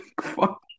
Fuck